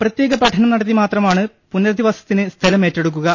പ്രത്യേക പഠനം നടത്തി മാത്രമാണ് പുനരധിവാസത്തിന് സ്ഥലം ഏറ്റെടുക്കുക